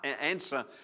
answer